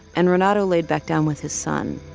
and renato laid back down with his son,